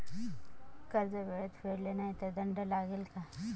कर्ज वेळेत फेडले नाही तर दंड लागेल का?